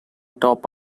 top